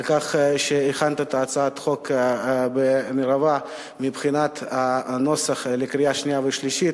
על כך שהכנת את הצעת החוק ברובה מבחינת הנוסח לקריאה שנייה ושלישית.